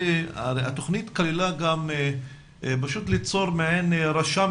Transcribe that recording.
התוכנית כללה גם פשוט ליצור מעין רשם